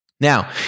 Now